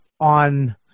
on